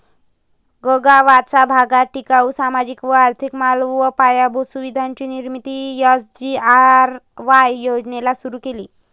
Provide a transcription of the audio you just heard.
गगावाचा भागात टिकाऊ, सामाजिक व आर्थिक माल व पायाभूत सुविधांची निर्मिती एस.जी.आर.वाय योजनेला सुरु केला